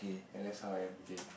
ya that's how I am okay